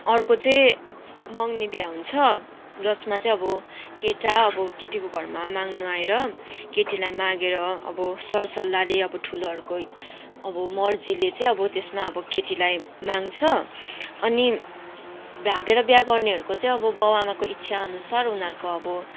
अर्को चाहिँ मँगनी बिहा हुन्छ जसमा चाहिँ अब केटा अब केटीको घरमा माग्नु आएर केटीलाई मागेर अब सरसल्लाहले अब ठुलोहरूको अब मर्जीले चाहिँ अब त्यसमा अब केटीलाई माग्छ अनि भागेर बिहा गर्नेहरूको चाहिँ अब बाउ आमाको इच्छाअनुसार उनीहरूको अब